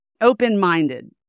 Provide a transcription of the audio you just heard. open-minded